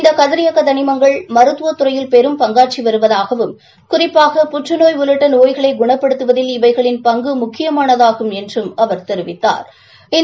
இந்த கதிரியக்க தனிமங்கள் மருத்துவத் துறையில் பெரும் பங்காற்றி வருவதாகவும் குறிப்பாக புற்றுநோய் உள்ளிட்ட நோய்களை குணப்படுத்துவதில் இவைகளின் பங்கு முக்கியமானதாகும் என்றும் அவர் தெரிவித்தாா்